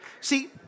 See